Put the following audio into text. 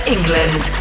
England